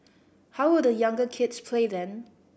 how will the younger kids play then